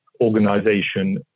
organization